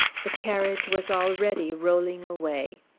the carriage was already rolling away.